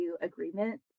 agreement